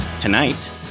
Tonight